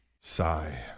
sigh